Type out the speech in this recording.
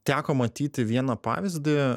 teko matyti vieną pavyzdį